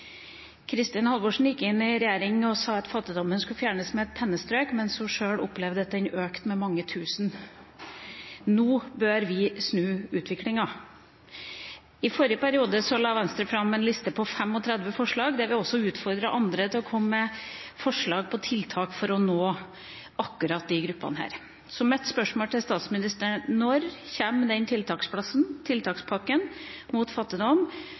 Kristin Halvorsen gikk inn i regjering og sa at fattigdommen skulle fjernes med et pennestrøk, men hun opplevde sjøl at den økte med mange tusen. Nå bør vi snu utviklinga. I forrige periode la Venstre fram en liste med 35 forslag, der vi også utfordret andre til å komme med forslag til tiltak for å nå akkurat disse gruppene. Mine spørsmål til statsministeren er: Når kommer den tiltakspakken mot fattigdom,